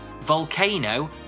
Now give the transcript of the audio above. volcano